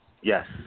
Yes